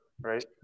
right